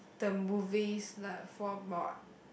the movies like for about